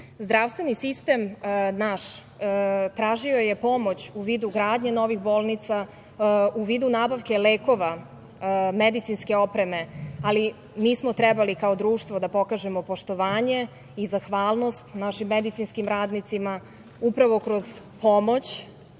Zdravstveni sistem naš tražio je pomoć u vidu gradnje novih bolnica, u vidu nabavke lekova, medicinske opreme, ali mi smo trebali kao društvo da pokažemo poštovanje i zahvalnost našim medicinskim radnicima upravo kroz pomoć,